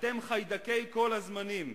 אתם חיידקי כל הזמנים,